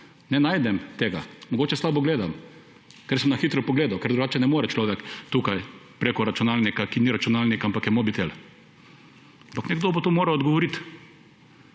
ne najdem tega. Mogoče slabo gledam, ker sem na hitro pogledal, ker drugače ne more človek tukaj preko računalnika, ki ni računalnik, ampak je mobitel. Ampak nekdo bo to moral odgovoriti.